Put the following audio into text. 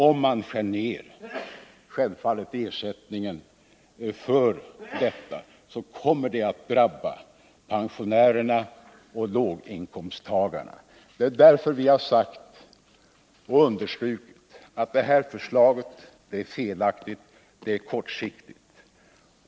Om man skär ned ersättningen på dessa viktiga områden kommer det självfallet att drabba pensionärerna och låginkomsttagarna. Det är därför vi har understrukit att förslaget är felaktigt och att det är kortsiktigt.